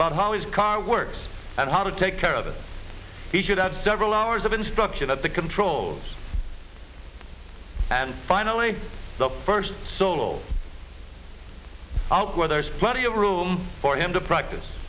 about how his car works and how to take care of it he should have several hours of instruction at the controls and finally the first solo out where there is plenty of room for him to practice